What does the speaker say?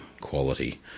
quality